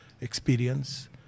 experience